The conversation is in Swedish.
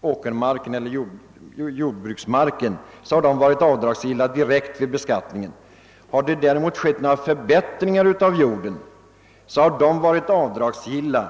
underhåll av jordbruksmark har varit direkt avdragsgilla vid beskattningen. Har det gjorts förbättringar av jorden har kostnaderna därför varit avdragsgilla